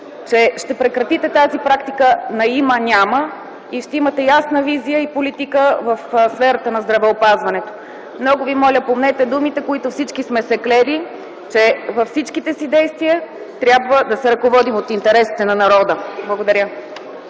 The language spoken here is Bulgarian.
че ще прекратите практиката на „има-няма” и ще имате ясна визия и политика в сферата на здравеопазването. Много моля, помнете думите, в които всички сме се клели, че във всичките си действия трябва да се ръководим от интересите на народа! Благодаря.